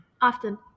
Often